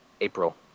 April